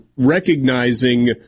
recognizing